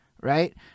right